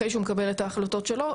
אחרי שהוא מקבל את ההחלטות שלו,